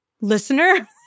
listener